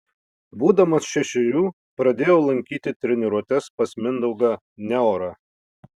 būdamas šešerių pradėjau lankyti treniruotes pas mindaugą neorą